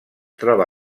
troba